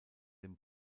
dem